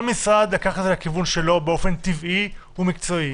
כל משרד לקח לכיוון שלו, באופן טבעי ומקצועי.